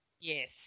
Yes